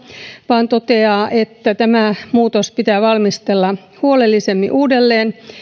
vaan toteaa että tämä muutos pitää valmistella huolellisemmin uudelleen